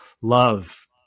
love